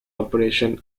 operation